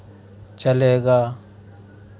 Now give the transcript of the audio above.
चलेगा